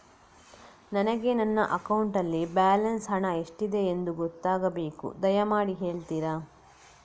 ನನಗೆ ನನ್ನ ಅಕೌಂಟಲ್ಲಿ ಬ್ಯಾಲೆನ್ಸ್ ಹಣ ಎಷ್ಟಿದೆ ಎಂದು ಗೊತ್ತಾಗಬೇಕು, ದಯಮಾಡಿ ಹೇಳ್ತಿರಾ?